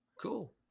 Cool